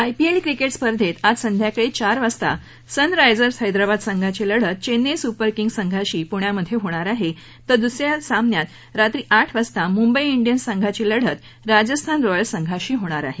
IPL cricket स्पर्धेत आज संध्याकाळी चार वाजता सनरायझर्स हैदराबाद संघाची लढत चेन्नई सुपर किंग्ज संघाशी प्ण्यामध्ये होणार आहे तर दुस या सामन्यात रात्री आठ वाजता मुंबई इंडियन्स संघाची लढत राजस्थान रॉयल्स संघाशी होणार आहे